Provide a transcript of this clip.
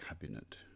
cabinet